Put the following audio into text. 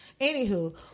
anywho